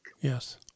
Yes